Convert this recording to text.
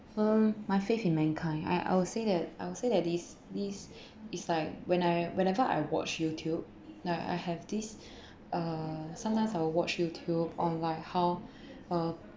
um my faith in mankind I I'll say that I'll say that like this this is like when I whenever I watch YouTube like I have this uh sometimes I will watch YouTube or like how uh